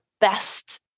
best